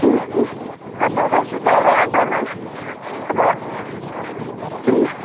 ठीक ठीक हम अबै छी तऽ आधाघण्टा मे हमरा ठीक